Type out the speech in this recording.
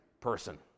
person